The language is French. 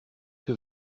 que